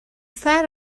thought